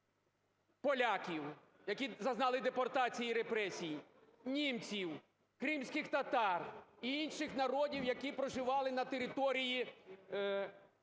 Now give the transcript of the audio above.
поляків, які зазнали депортації і репресій, німців, кримських татар і інших народів, які проживали на території